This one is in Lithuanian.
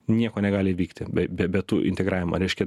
nieko negali vykti be be tų integravimą reiškia